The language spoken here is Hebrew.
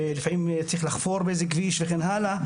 לפעמים צריך לחפור באיזה כביש וכן הלאה.